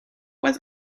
was